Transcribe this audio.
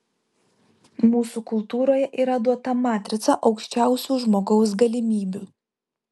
mūsų kultūroje yra duota matrica aukščiausių žmogaus galimybių